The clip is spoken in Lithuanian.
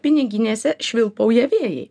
piniginėse švilpauja vėjai